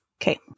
Okay